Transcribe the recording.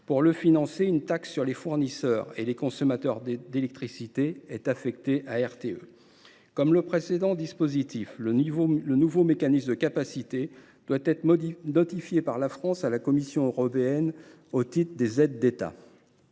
Pour le financer, une taxe sur les fournisseurs et les consommateurs d’électricité est affectée à RTE. Comme le précédent dispositif, le nouveau mécanisme de capacité doit être notifié par la France à la Commission européenne au titre des aides d’État.